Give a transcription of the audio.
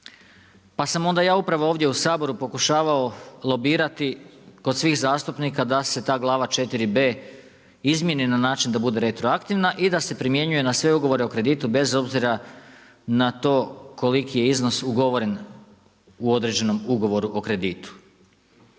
Pa sam ja upravo ovdje u Saboru pokušavao lobirati kod svih zastupnika, da se ta glava 4B izmjeni na način da bude retroaktivna i da se primjenjuje na sve ugovore o kreditu, bez obzira na to koliki je iznos ugovoren u određenom ugovoru o kreditu.